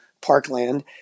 Parkland